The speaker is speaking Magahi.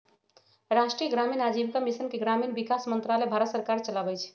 राष्ट्रीय ग्रामीण आजीविका मिशन के ग्रामीण विकास मंत्रालय भारत सरकार चलाबै छइ